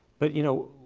but, you know,